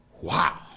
Wow